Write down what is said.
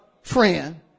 friend